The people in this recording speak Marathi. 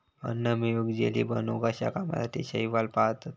अन्न मिळवूक, जेली बनवूक अश्या कामासाठी शैवाल पाळतत